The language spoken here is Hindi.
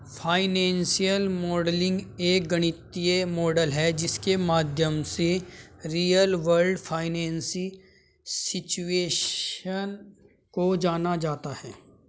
फाइनेंशियल मॉडलिंग एक गणितीय मॉडल है जिसके माध्यम से रियल वर्ल्ड फाइनेंशियल सिचुएशन को जाना जाता है